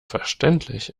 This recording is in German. verständlich